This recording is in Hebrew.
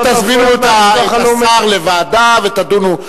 תזמינו את השר לוועדה ותדונו.